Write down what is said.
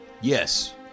Yes